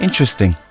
Interesting